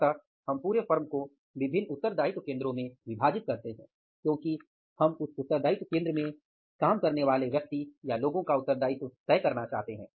इसलिए हम पूरे फर्म को विभिन्न उत्तरदायित्व केंद्रों में विभाजित करते हैं क्योकि हम उस उत्तरदायित्व केंद्र में काम करने वाले व्यक्ति या लोगों का उत्तरदायित्व तय करना चाहते हैं